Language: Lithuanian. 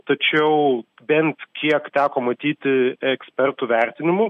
tačiau bent kiek teko matyti ekspertų vertinimų